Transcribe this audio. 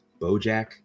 bojack